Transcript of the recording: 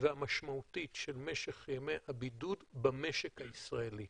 והמשמעותית של משך ימי הבידוד במשק הישראלי.